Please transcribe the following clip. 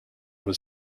was